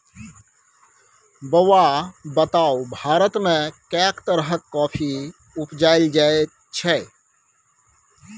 बौआ बताउ भारतमे कैक तरहक कॉफी उपजाएल जाइत छै?